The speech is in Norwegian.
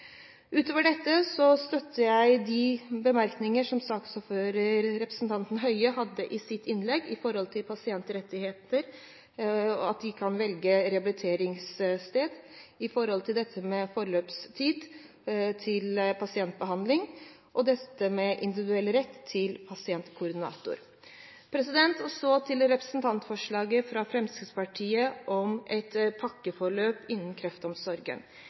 Utover dette støtter jeg de bemerkninger som saksordføreren, representanten Høie, hadde i sitt innlegg når det gjelder pasientrettigheter, og at de kan velge rehabiliteringssted, når det gjelder dette med forløpstid til pasientbehandling, og dette med individuell rett til pasientkoordinator. Så til representantforslaget fra Fremskrittspartiet om et «pakkeforløp» innen kreftomsorgen.